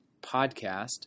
podcast